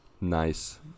Nice